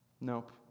nope